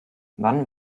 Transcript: wann